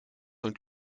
von